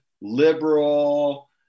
liberal